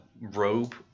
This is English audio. robe